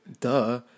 Duh